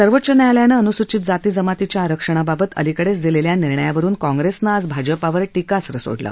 सर्वोच्च न्यायालयानं अनुसूचित जाती जमातीच्या आरक्षणाबाबत अलिकडेच दिलेल्या निर्णयावरुन काँग्रेसनं आज भाजपावर टीकास्त्र सोडलं